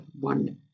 one